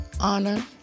honor